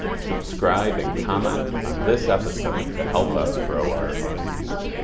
subscribe and comment on this episode to help us grow our audience.